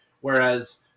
Whereas